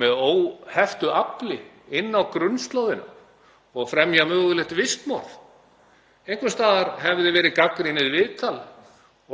með óheftu afli inn á grunnslóðina og fremja mögulegt vistmorð. Einhvers staðar hefði verið gagnrýnið viðtal